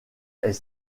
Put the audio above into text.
est